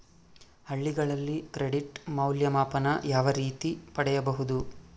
ಹಳ್ಳಿಗಳಲ್ಲಿ ಕ್ರೆಡಿಟ್ ಮೌಲ್ಯಮಾಪನ ಯಾವ ರೇತಿ ಪಡೆಯುವುದು?